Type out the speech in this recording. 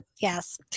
yes